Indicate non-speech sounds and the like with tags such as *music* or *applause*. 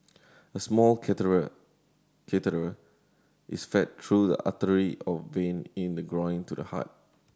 a small *unintelligible* is fed through the artery or vein in the groin to the heart